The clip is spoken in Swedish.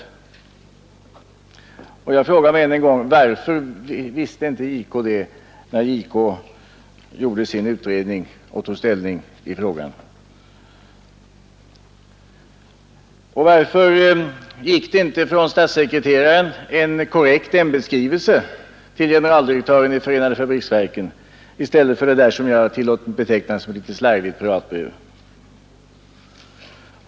Jag frågar mig än en gång: Varför visste inte JK det, när JK gjorde sin utredning och tog ställning i frågan? Och varför gick det inte från statssekreteraren en korrekt ämbetsskrivelse till generaldirektören i förenade fabriksverken i stället för det som jag tillät mig beteckna som litet slarvigt privatbrev?